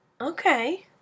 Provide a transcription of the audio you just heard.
Okay